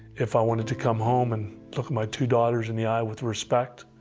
if i wanted to come home and look at my two daughters in the eye with respect,